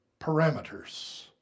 parameters